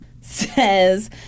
says